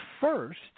first